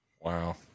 Wow